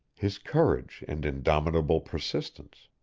his courage and indomitable persistence.